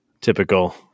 typical